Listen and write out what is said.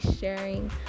sharing